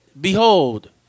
behold